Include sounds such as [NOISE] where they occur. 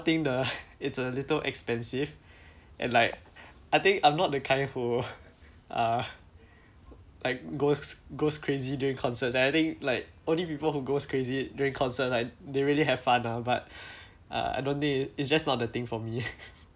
thing the it's a little expensive and like I think I'm not the kind who uh like goes goes crazy during concerts and I think like only people who goes crazy during concert like they really have fun ah but uh I don't think it's just not the thing for me [LAUGHS]